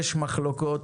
יש מחלוקות.